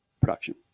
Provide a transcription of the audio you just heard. production